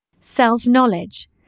Self-knowledge